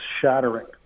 shattering